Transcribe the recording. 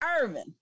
Irvin